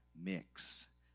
mix